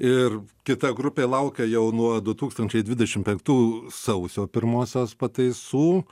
ir kita grupė laukia jau nuo du tūkstančiai dvidešimt penktų sausio pirmosios pataisų